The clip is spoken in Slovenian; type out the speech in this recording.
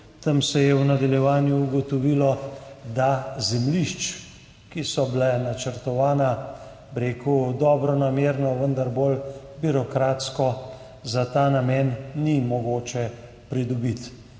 Tam se je v nadaljevanju ugotovilo, da zemljišč, ki so bila načrtovana, bi rekel, dobronamerno, vendar bolj birokratsko, za ta namen ni mogoče pridobiti.